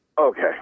Okay